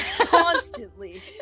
constantly